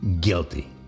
guilty